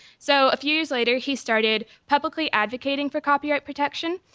so a few years later, he started publicly advocating for copyright protection.